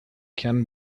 can